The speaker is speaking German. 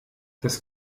das